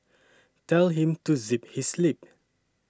tell him to zip his lip